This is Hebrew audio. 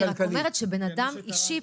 אני רק אומרת שבן אדם אישי,